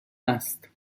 است